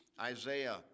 Isaiah